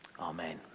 Amen